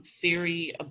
theory